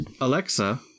Alexa